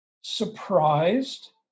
surprised